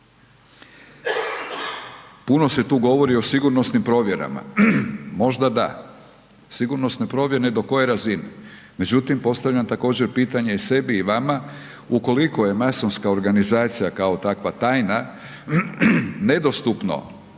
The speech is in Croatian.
Puno se tu govori o sigurnosnim provjerama. Možda da. Sigurnosne provjere do koje razine? Međutim, postavljam također, pitanje i sebi i vama, ukoliko je masonska organizacija kao takva, tajna, nedostupno